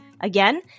Again